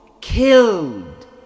killed